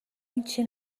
هیچی